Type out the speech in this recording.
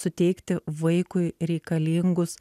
suteikti vaikui reikalingus